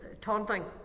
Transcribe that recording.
taunting